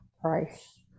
price